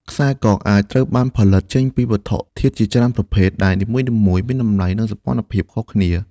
ខ្សែ ក អាចត្រូវបានផលិតចេញពីវត្ថុធាតុជាច្រើនប្រភេទ ដែលនីមួយៗមានតម្លៃ និងសោភ័ណភាពខុសគ្នា។